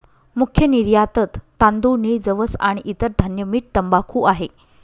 मुख्य निर्यातत तांदूळ, नीळ, जवस आणि इतर धान्य, मीठ, तंबाखू आहे